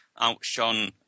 outshone